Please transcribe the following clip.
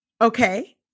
Okay